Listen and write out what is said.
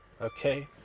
Okay